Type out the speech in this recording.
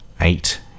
eight